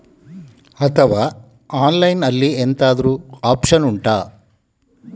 ಅಥವಾ ಆನ್ಲೈನ್ ಅಲ್ಲಿ ಎಂತಾದ್ರೂ ಒಪ್ಶನ್ ಉಂಟಾ